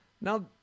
now